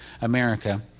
America